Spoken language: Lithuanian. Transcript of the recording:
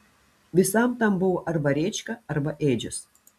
visam tam buvo arba rėčka arba ėdžios